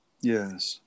Yes